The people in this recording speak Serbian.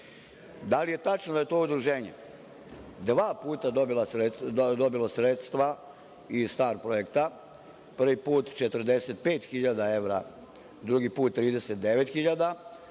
Da li je tačno da je to udruženje dva puta dobilo sredstva iz STAR projekta, dakle, prvi put 45.000 evra, drugi put 39.000, sve